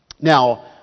Now